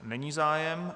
Není zájem.